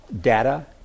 data